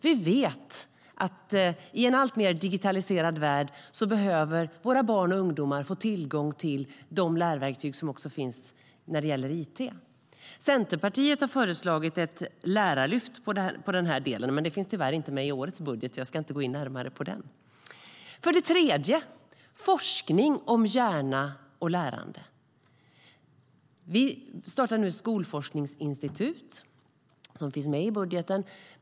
Vi vet att i en alltmer digitaliserad värld behöver våra barn och ungdomar få tillgång till de lärverktyg som finns när det gäller it. Centerpartiet har föreslagit ett lärarlyft i den delen. Det finns tyvärr inte med i årets budget, så jag ska inte gå in närmare på det. För det tredje handlar det om forskning om hjärna och lärande. Vi startar nu ett skolforskningsinstitut - det finns med i budgeten.